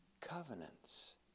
covenants